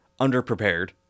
underprepared